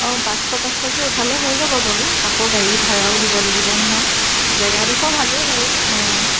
অঁ পাঁচশ পাঁচশকৈ উঠালে হৈ যাব বাৰু আকৌ গাড়ী ভাড়াও দিব লাগিব নহয় জেগাডোখৰ ভালেই বাৰু অঁ